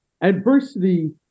adversity